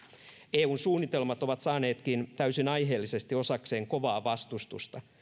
eun suunnitelmat ovat saaneetkin täysin aiheellisesti osakseen kovaa vastustusta